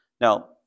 Now